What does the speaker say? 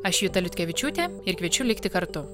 aš juta liutkevičiūtė ir kviečiu likti kartu